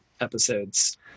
episodes